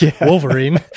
wolverine